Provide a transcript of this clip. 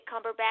Cumberbatch